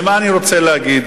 מה אני רוצה להגיד?